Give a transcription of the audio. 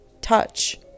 touch